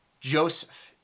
Joseph